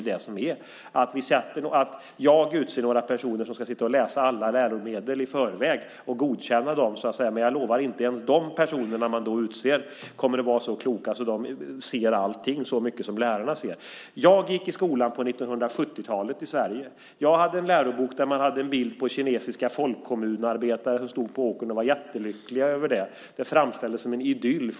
Det innebär att jag får utse några personer som ska läsa alla läromedel i förväg och godkänna dem. Men inte ens de personer som då utses kommer att kunna vara så kloka att de ser allt lika bra som lärarna. Jag gick i skolan på 1970-talet i Sverige. Jag hade en lärobok där det fanns en bild på kinesiska folkkommunarbetare som stod på åkern och var jättelyckliga över det. Folkrepubliken Kina framställdes som en idyll.